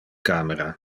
camera